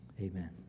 Amen